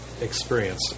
experience